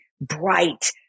bright